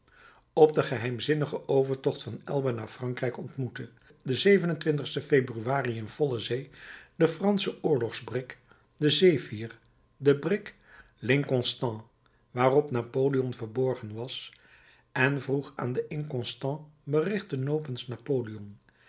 op den geheimzinnigen overtocht van elba naar frankrijk ontmoette den februari in volle zee de fransche oorlogsbrik de zephir de brik l'inconstant waarop napoleon verborgen was en vroeg aan den inconstant berichten nopens napoleon